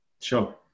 Sure